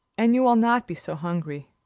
and you will not be so hungry.